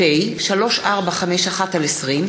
פ/3451/20,